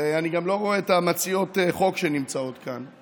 ואני גם לא רואה שמציעות החוק נמצאות כאן.